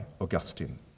Augustine